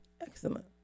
Excellent